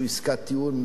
פסקו עסקת טיעון,